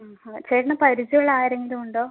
ആ അതെ ചേട്ടന് പരിചയം ഉള്ള ആരെങ്കിലും ഉണ്ടോ